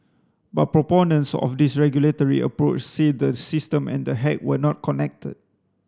but proponents of this regulatory approach say the system and the hack were not connected